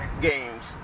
games